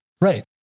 Right